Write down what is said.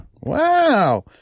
Wow